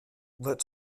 let